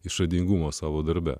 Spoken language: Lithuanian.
išradingumo savo darbe